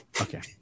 okay